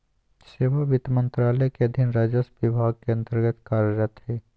सेवा वित्त मंत्रालय के अधीन राजस्व विभाग के अन्तर्गत्त कार्यरत हइ